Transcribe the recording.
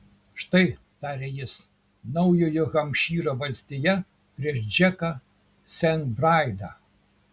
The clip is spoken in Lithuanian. štai tarė jis naujojo hampšyro valstija prieš džeką sent braidą